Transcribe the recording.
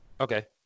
Okay